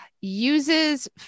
uses